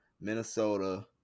Minnesota